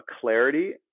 clarity